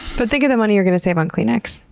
but think of the money you're gonna save on kleenex.